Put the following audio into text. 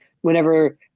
whenever